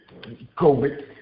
covid